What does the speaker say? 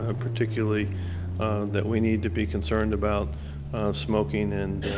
ah particularly that we need to be concerned about smoking and